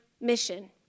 mission